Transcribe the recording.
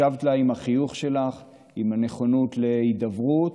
השבת לה עם החיוך שלך, עם הנכונות להידברות,